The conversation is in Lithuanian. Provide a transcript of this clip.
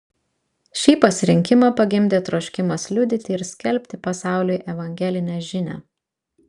šį pasirinkimą pagimdė troškimas liudyti ir skelbti pasauliui evangelinę žinią